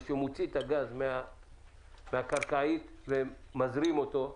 או שמוציא את הגז מן הקרקע ומזרים אותו.